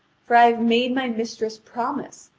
for i have made my mistress promise,